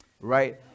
right